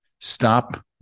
stop